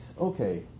okay